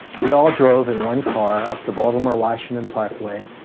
we all drove in one car up the baltimore washington parkway,